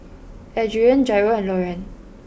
Adrienne Jairo and Loren